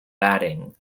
batting